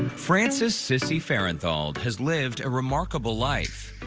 frances sissy farenthold has lived a remarkable life.